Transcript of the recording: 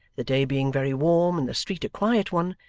the day being very warm and the street a quiet one,